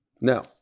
Now